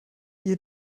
ihr